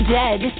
dead